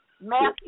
Matthew